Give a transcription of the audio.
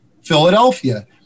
Philadelphia